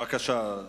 בבקשה.